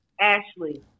Ashley